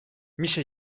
میشه